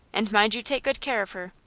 and mind you take good care her.